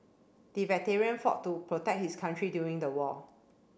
the veteran fought to protect his country during the war